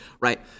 right